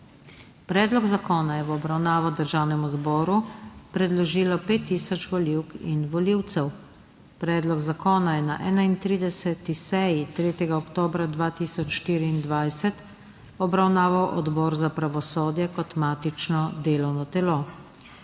Predlog zakona je v obravnavo Državnemu zboru predložilo 5 tisoč volivk in volivcev. Predlog zakona je na 31. seji 3. oktobra 2024 obravnaval Odbor za pravosodje kot matično delovno telo.